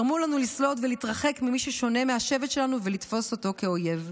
גרמו לנו לסלוד ולהתרחק ממי ששונה מהשבט שלנו ולתפוס אותו כאויב.